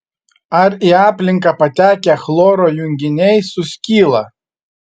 ar į aplinką patekę chloro junginiai suskyla